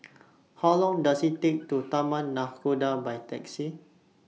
How Long Does IT Take to Taman Nakhoda By Taxi